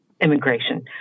immigration